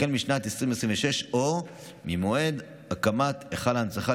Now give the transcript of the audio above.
החל משנת 2026 או ממועד הקמת היכל ההנצחה,